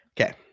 Okay